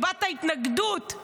הבעת התנגדות.